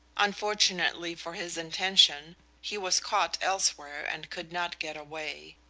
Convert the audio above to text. unfortunately for his intention he was caught elsewhere and could not get away.